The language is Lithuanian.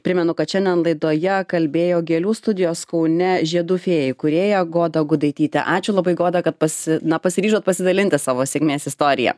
primenu kad šiandien laidoje kalbėjo gėlių studijos kaune žiedų fėja įkūrėja goda gudaitytė ačiū labai goda kad pasi na pasiryžot pasidalinti savo sėkmės istorija